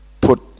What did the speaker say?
put